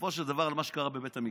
בסופו של דבר על מה שקרה בבית המקדש.